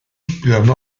planı